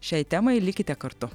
šiai temai likite kartu